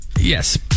Yes